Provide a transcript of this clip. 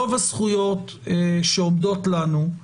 רוב הזכויות שעומדות לנו,